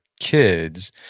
kids